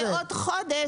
--- בעוד חודש,